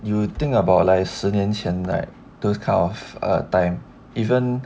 you think about like 十年前 right like those kind of err time even